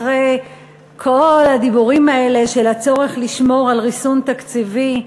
אחרי כל הדיבורים האלה על הצורך לשמור על ריסון תקציבי.